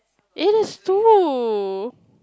it is too